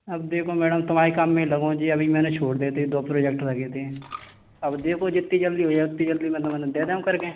अब देखो मैडम तुम्हारे ही काम में लगो हैं जे अभी मैंने छोड़ देते तो प्रोजेक्ट लगे थे अब देखो जित्ती जल्दी हो जाए उत्ती जल्दी मैं तुम्हें दे देउं करके